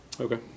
Okay